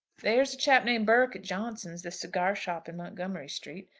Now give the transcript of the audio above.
there's a chap named burke at johnson's, the cigar-shop in montgomery street.